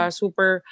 super